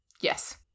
Yes